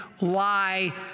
lie